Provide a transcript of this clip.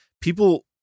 people